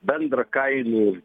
bendrą kainų